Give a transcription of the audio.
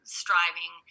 striving